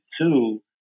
two